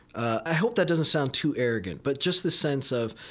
i hope that doesn't sound too arrogant, but just the sense of,